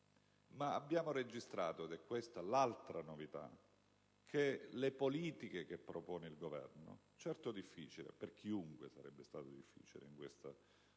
Ma abbiamo registrato - ed è questa l'altra novità - che le politiche che propone il Governo, certo difficili - per chiunque lo sarebbero state in questa fase